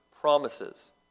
promises